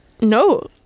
No